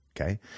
Okay